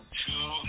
two